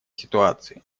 ситуации